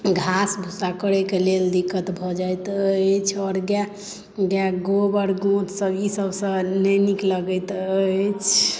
घास भूसा करयके लेल दिक्कत भऽ जाइत अछि आओर गाए गाए गोबर गोँत ईसभसँ नहि नीक लगैत अछि